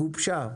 גובשה.